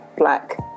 black